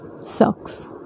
sucks